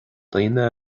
daoine